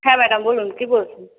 হ্যাঁ ম্যাডাম বলুন কি বলছেন